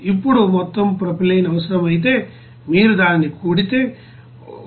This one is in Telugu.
ఇప్పుడు మొత్తం ప్రొపైలిన్ అవసరమైతే మీరు దానిని కూడితే 184